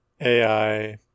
ai